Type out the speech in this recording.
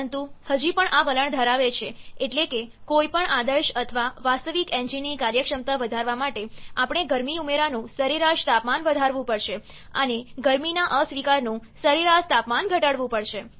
પરંતુ હજુ પણ આ વલણ ધરાવે છે એટલે કે કોઈપણ આદર્શ અથવા વાસ્તવિક એન્જિનની કાર્યક્ષમતા વધારવા માટે આપણે ગરમી ઉમેરાનું સરેરાશ તાપમાન વધારવું પડશે અને ગરમીના અસ્વીકારનું સરેરાશ તાપમાન ઘટાડવું પડશે